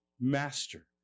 master